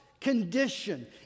condition